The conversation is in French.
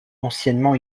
anciennement